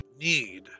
need